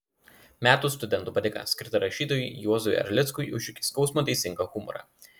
metų studentų padėka skirta rašytojui juozui erlickui už iki skausmo teisingą humorą